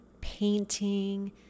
painting